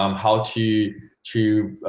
um how to to